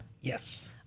Yes